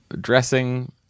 dressing